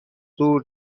دور